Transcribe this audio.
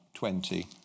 20